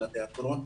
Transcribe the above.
על התיאטרון,